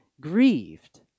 grieved